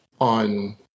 on